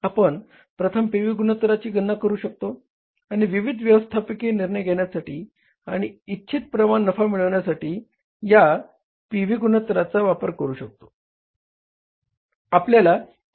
आपण प्रथम P V गुणोत्तराची गणना करू शकतो आणि विविध व्यवस्थापकीय निर्णय घेण्यासाठी आणि इच्छित प्रमाणात नफा मिळविण्यासाठी या पी व्ही गुणोत्तराचा वापर करू शकतो